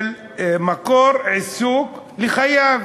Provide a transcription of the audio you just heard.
של מקור עיסוק לחייב,